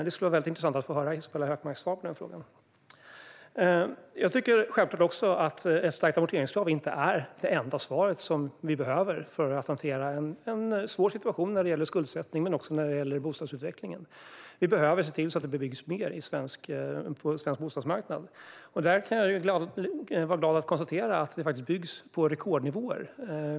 Det skulle vara intressant att få höra Isabella Hökmarks svar på frågan. Jag tycker självklart att ett stärkt amorteringskrav inte är den enda åtgärd som vi behöver för att hantera en svår situation när det gäller skuldsättning men också när det gäller bostadsutvecklingen. Vi behöver se till att det byggs mer på den svenska bostadsmarknaden. Därför är jag glad att kunna konstatera att det faktiskt byggs på rekordnivåer.